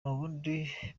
n’ubundi